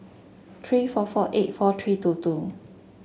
three four four eight four three two two